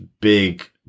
big